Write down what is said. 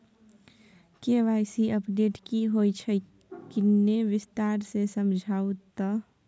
KYC update की होय छै किन्ने विस्तार से समझाऊ ते?